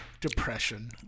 Depression